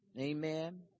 Amen